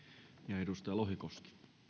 arvoisa puhemies